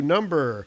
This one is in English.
Number